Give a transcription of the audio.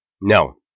No